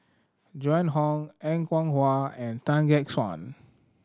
Joan Hon Er Kwong Wah and Tan Gek Suan